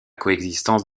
coexistence